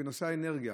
בנושא האנרגיה,